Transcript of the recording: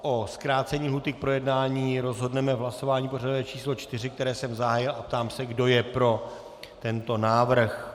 O zkrácení lhůty k projednání rozhodneme v hlasování pořadové číslo 4, které jsem zahájil, a ptám se, kdo je pro tento návrh.